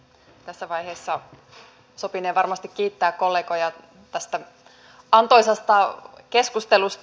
tässä vaiheessa sopii varmasti kiittää kollegoja tästä antoisasta keskustelusta